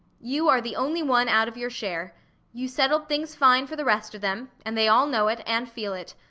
you are the only one out of your share you settled things fine for the rest of them and they all know it, and feel it.